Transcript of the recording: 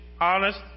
honest